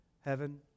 heaven